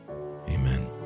Amen